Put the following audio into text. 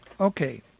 Okay